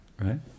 Right